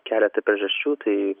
keleta priežasčių tai